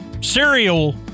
cereal